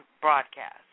broadcast